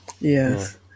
yes